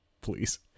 please